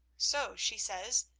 so she says,